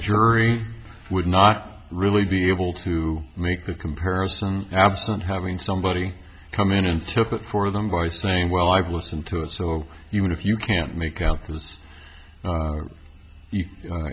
jury would not really be able to make that comparison absent having somebody come in and took it for them by saying well i've listened to it so even if you can't make out